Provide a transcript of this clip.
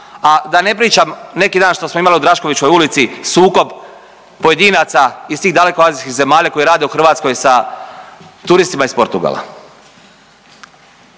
a da ne pričam neki dan što smo imali u Draškovićevoj ulici sukob pojedinaca iz tih daleko azijskih zemalja koji rade u Hrvatskoj sa turistima iz Portugala.